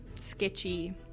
sketchy